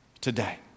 today